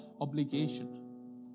obligation